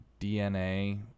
DNA